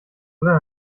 oder